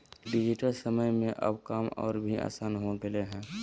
digital समय में अब काम और भी आसान हो गेलय हें